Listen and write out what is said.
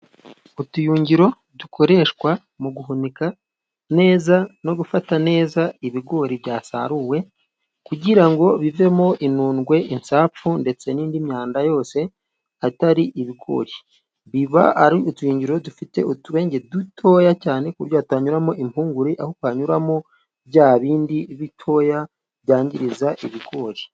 Utuyugiro dukoreshwa mu guhunika neza no gufata neza ibigori byasaruwe, kugira ngo bivemo inundwe, insapfu, ndetse n'indi myanda yose, hatari ibigori, biba ari utuyungiro dufite utwenge dutoya cyane, ku buryo hatanyuramo impungure, ahubwo hanyuramo bya bindi bitoya byangizariza ibigori.